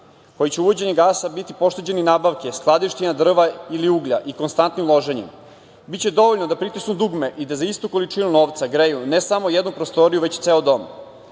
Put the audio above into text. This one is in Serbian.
koji će uvođenjem gasa biti pošteđeni nabavke, skladištenja drva ili uglja i konstantnim loženjem. Biće dovoljno da pritisnu dugme i da za istu količinu novca greju ne samo jednu prostoriju, već ceo